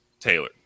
Taylor